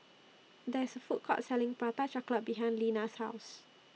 There IS A Food Court Selling Prata Chocolate behind Lina's House